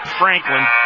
Franklin